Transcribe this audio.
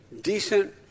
decent